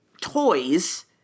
toys